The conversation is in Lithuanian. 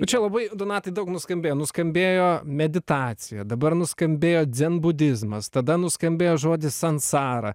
nu čia labai donatai daug nuskambėjo nuskambėjo meditacija dabar nuskambėjo dzenbudizmas tada nuskambėjo žodis sansara